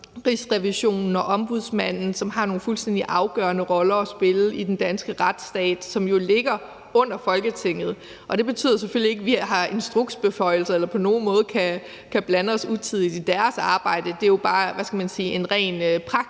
Rigsrevisionens og Ombudsmandens, som har nogle fuldstændig afgørende roller at spille i den danske retsstat, og som jo ligger under Folketinget. Det betyder selvfølgelig ikke, at vi har instruksbeføjelser eller på nogen måde kan blande os utidigt i deres arbejde, men det er jo bare, hvad skal